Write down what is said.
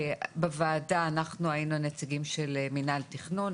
בוועדה אנחנו היינו נציגים של מינהל התכנון,